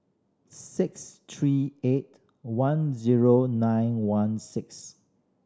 six three eight one zero nine one six